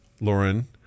Lauren